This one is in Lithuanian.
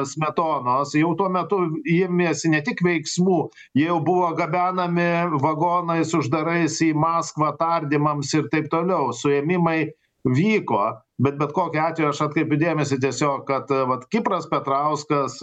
smetonos jau tuo metu ji ėmėsi ne tik veiksmų jie jau buvo gabenami vagonais uždarais į maskvą tardymams ir taip toliau suėmimai vyko bet bet kokiu atveju aš atkreipiu dėmesį tiesiog kad vat kipras petrauskas